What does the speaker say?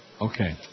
Okay